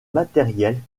matérielles